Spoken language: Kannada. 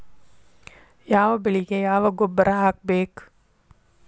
ಯಾವ ಬೆಳಿಗೆ ಯಾವ ಗೊಬ್ಬರ ಹಾಕ್ಬೇಕ್?